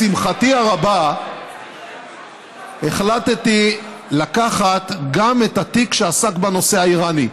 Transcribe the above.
לשמחתי הרבה החלטתי לקחת גם את התיק שעסק בנושא האיראני,